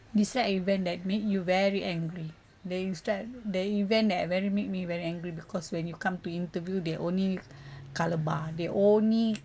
describe event that made you very angry they instead the event that I very made me very angry because when you come to interview they only caliber they only